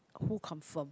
who confirm